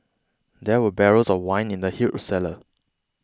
there were barrels of wine in the huge cellar